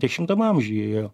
dešimtam amžiuje